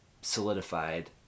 solidified